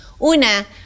Una